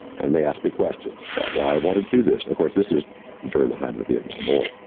and they asked me questions about why i want to do this. of course, this was during the height of the vietnam war.